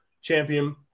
champion